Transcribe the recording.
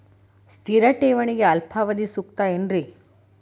ಸ್ಥಿರ ಠೇವಣಿಗೆ ಅಲ್ಪಾವಧಿ ಸೂಕ್ತ ಏನ್ರಿ?